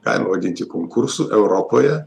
galime vadinti konkursu europoje